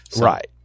Right